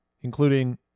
including